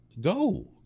go